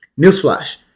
newsflash